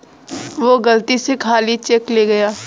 वो गलती से खाली चेक ले गया